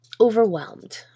overwhelmed